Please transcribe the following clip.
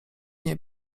nie